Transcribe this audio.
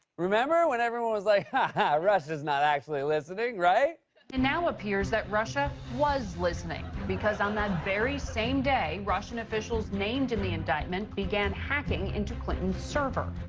remember when everyone was like ha ha! russia's not actually listening, right? it and now appears that russia was listening. because on that very same day, russian officials named in the indictment began hacking into clinton's server.